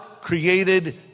created